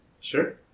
Sure